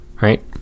Right